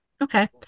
Okay